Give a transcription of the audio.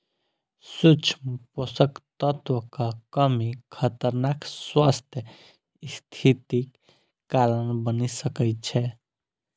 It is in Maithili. सूक्ष्म पोषक तत्वक कमी खतरनाक स्वास्थ्य स्थितिक कारण बनि सकै छै